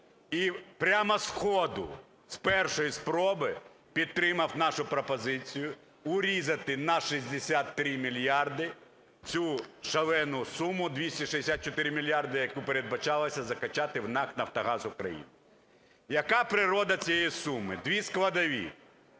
І прямо сходу, з першої спроби підтримав нашу пропозицію, урізати на 63 мільярди цю шалену суму, 264 мільярди, яку передбачалося закачати в НАК "Нафтогаз України". Яка природа цієї суми? Дві складові: